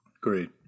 Great